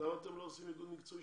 למה אתם לא עושים איגוד מקצועי?